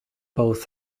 both